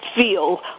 feel